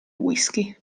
whisky